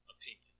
opinion